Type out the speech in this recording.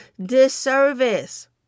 disservice